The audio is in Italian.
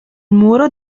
muro